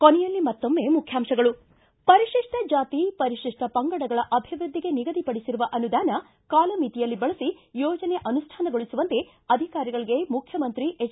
ಕೊನೆಯಲ್ಲಿ ಮತ್ತೊಮ್ಮೆ ಮುಖ್ಯಾಂಶಗಳು ಿ ಪರಿಶಿಷ್ಟ ಜಾತಿ ಪರಿಶಿಷ್ಟ ಪಂಗಡಗಳ ಅಭಿವೃದ್ಧಿಗೆ ನಿಗದಿಪಡಿಸಿರುವ ಅನುದಾನ ಕಾಲ ಮಿತಿಯಲ್ಲಿ ಬಳಸಿ ಯೋಜನೆ ಅನುಷ್ಟಾನಗೊಳಿಸುವಂತೆ ಅಧಿಕಾರಿಗಳಿಗೆ ಮುಖ್ಯಮಂತ್ರಿ ಎಚ್